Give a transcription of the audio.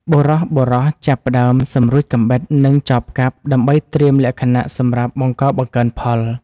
បុរសៗចាប់ផ្តើមសម្រួចកាំបិត និងចបកាប់ ដើម្បីត្រៀមលក្ខណៈសម្រាប់បង្កបង្កើនផល។